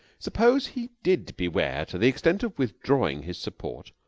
suppose he did beware to the extent of withdrawing his support